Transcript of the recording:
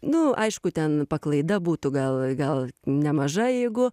nu aišku ten paklaida būtų gal gal nemaža jeigu